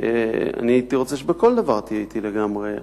אני הייתי רוצה שבכל דבר תהיה אתי לגמרי.